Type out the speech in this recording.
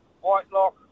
Whitelock